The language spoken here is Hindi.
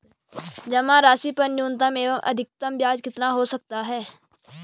जमा धनराशि पर न्यूनतम एवं अधिकतम ब्याज कितना हो सकता है?